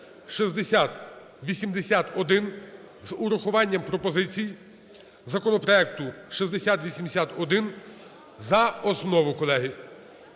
(6081) з урахуванням пропозицій законопроекту 6081 за основу, колеги.